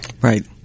Right